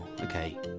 okay